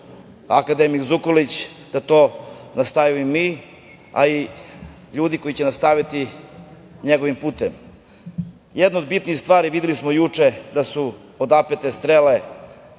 akademik Zukorlić, da to nastavimo i mi, a i ljudi koji će nastaviti njegovim putem. Jedna od bitnih stvari, videli smo juče da su odapete strele